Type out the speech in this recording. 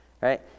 right